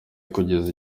kugeza